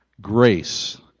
Grace